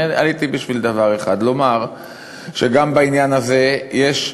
אני עליתי בשביל דבר אחד: לומר שגם בעניין הזה יש,